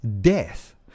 death